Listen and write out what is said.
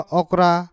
okra